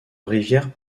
rivières